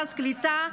במרכז קליטה,